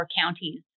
counties